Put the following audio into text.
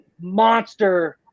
monster